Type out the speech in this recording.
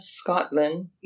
Scotland